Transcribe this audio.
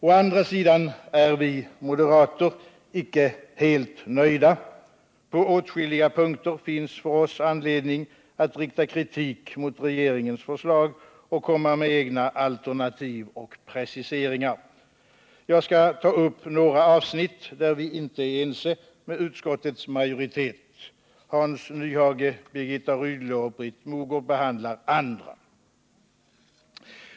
Å andra sidan är vi moderater icke helt nöjda. På åtskilliga punkter finns det för oss anledning att rikta kritik mot regeringens förslag och komma med egna alternativ och preciseringar. Jag skall ta upp några avsnitt där vi inte är ense med utskottets majoritet. Hans Nyhage, Birgitta Rydle och Britt Mogård kommer att behandla andra.